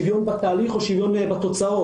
האם שוויון בתהליך, או שוויון בתוצאות?